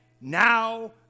now